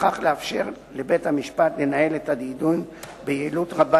ובכך לאפשר לבית-המשפט לנהל את הדיון ביעילות רבה